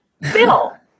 Bill